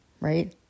right